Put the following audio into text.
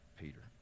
Peter